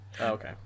okay